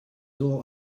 all